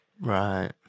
Right